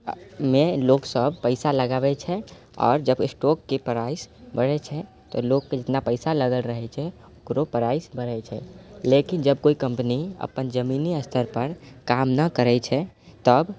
मे लोक सब पैसा लगाबै छै आओर जब स्टोकके प्राइस बढ़ै छै तऽ लोकके जितना पैसा लगल रहै छै ओकरो प्राइस बढ़ै छै लेकिन जब कोइ कम्पनी अपन जमीनी स्तरपर काम नहि करै छै तब